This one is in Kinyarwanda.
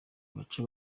baca